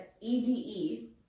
EDE